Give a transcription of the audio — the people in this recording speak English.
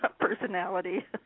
personality